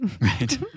Right